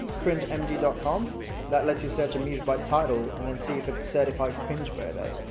cringemdb dot com that lets you search a movie by title and and see if it's certified cringeworthy,